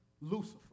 Lucifer